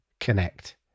connect